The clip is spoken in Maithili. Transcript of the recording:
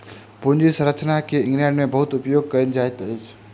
पूंजी संरचना के इंग्लैंड में बहुत उपयोग कएल जाइत अछि